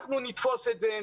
אנחנו נתפוס את זה,